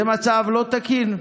זה מצב לא תקין.